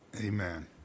amen